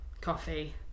coffee